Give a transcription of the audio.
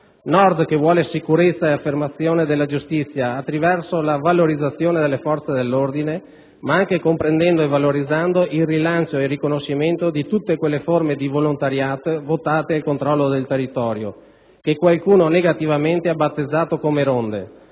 Nord vuole sicurezza ed affermazione della giustizia attraverso la valorizzazione delle forze dell'ordine, ma anche comprendendo e valorizzando il rilancio ed il riconoscimento di tutte quelle forme di volontariato votate al controllo del territorio, che qualcuno negativamente ha battezzato come ronde,